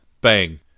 Bang